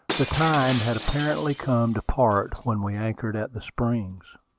the time had apparently come to part when we anchored at the springs.